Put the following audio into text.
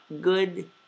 good